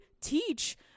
teach